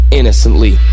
innocently